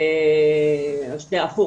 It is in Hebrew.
הפוך,